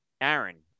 Aaron